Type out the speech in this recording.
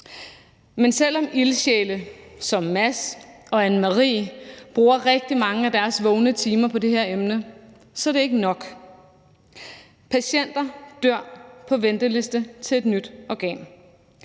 Men selv om ildsjæle som Mads og Anne Marie bruger rigtig mange af deres vågne timer på det her emne, er det ikke nok. Patienter dør på venteliste til et nyt organ.